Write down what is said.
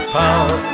power